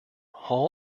hall